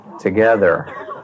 together